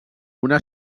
una